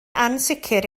ansicr